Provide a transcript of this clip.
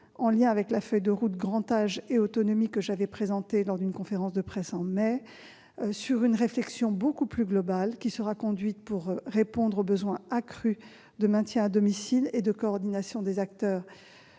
en lien avec la feuille de route « grand âge et autonomie » que j'ai présentée lors d'une conférence de presse au mois de mai dernier, une réflexion plus globale sera conduite pour répondre au besoin accru de maintien à domicile et de coordination des acteurs